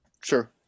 Sure